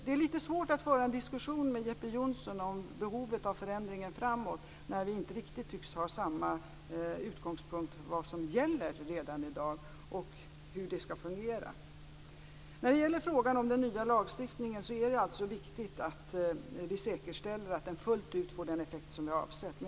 Det är lite svårt att föra en diskussion med Jeppe Johnsson om behovet av förändringar framåt när vi inte riktigt tycks ha samma uppfattning om vad som redan i dag gäller och om hur det skall fungera. Det är viktigt att vi säkerställer att den nya lagstiftningen fullt ut får den effekt som vi har avsett.